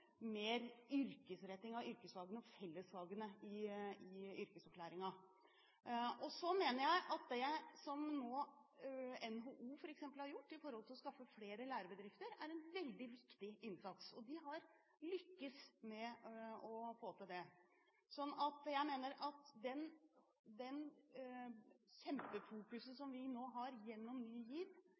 mer yrkesretting av yrkesfagene og fellesfagene i yrkesopplæringen. Jeg mener at det som f.eks. NHO nå har gjort, å skaffe flere lærebedrifter, er en veldig viktig innsats. De har lyktes med å få til det. Jeg mener at det kjempefokuset som vi nå har gjennom Ny GIV,